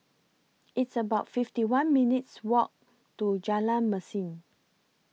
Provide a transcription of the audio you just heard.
It's about fifty one minutes' Walk to Jalan Mesin